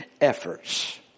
efforts